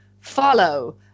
follow